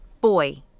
Boy